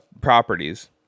properties